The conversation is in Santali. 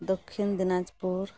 ᱫᱚᱠᱠᱷᱤᱱ ᱫᱤᱱᱟᱡᱽᱯᱩᱨ